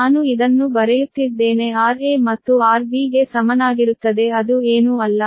ನಾನು ಇದನ್ನು ಬರೆಯುತ್ತಿದ್ದೇನೆ rA ಮತ್ತು rB ಗೆ ಸಮನಾಗಿರುತ್ತದೆ ಅದು ಏನೂ ಅಲ್ಲ